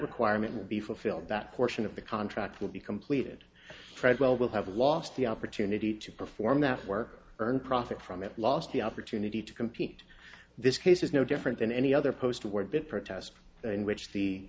requirement will be fulfilled that portion of the contract will be completed treadwell will have lost the opportunity to perform that work earn profit from it lost the opportunity to compete this case is no different than any other post where the protest in which the